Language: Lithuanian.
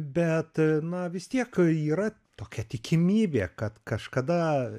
bet na vis tiek yra tokia tikimybė kad kažkada